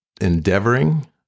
endeavoring